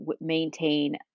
maintain